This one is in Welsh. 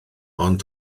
ond